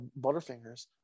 butterfingers